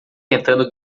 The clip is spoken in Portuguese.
tentando